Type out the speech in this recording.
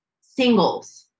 singles